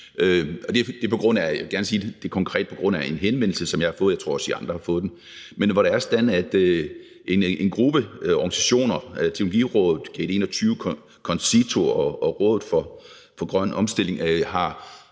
af en konkret henvendelse, jeg har fået, og jeg tror også, I andre har fået den, men hvor det er sådan, at en gruppe organisationer, Teknologirådet, Gate 21, CONCITO og Rådet for Grøn Omstilling, i